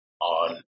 on